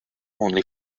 only